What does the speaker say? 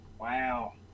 Wow